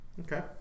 Okay